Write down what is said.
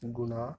Guna